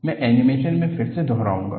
मैं एनीमेशन को फिर से दोहराऊंगा